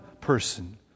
person